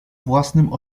własnym